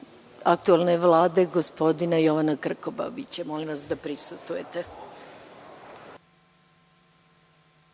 aktuelne Vlade gospodina Jovana Krkobabića. Molim vas da prisustvujete.